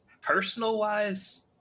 personal-wise